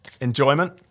enjoyment